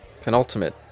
Penultimate